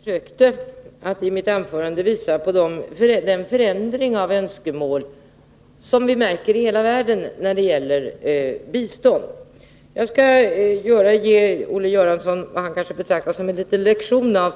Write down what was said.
Fru talman! Jag försökte i mitt anförande visa på den förändring av önskemål som vi märker över hela världen när det gäller bistånd. Jag skall ge Olle Göransson vad han kan betrakta som en liten lektion i